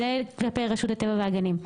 זה כלי רשות הטבע והגנים.